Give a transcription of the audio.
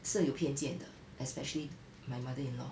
是有偏见的 especially my mother-in-law